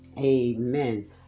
Amen